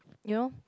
you know